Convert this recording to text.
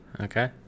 Okay